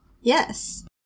Yes